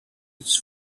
its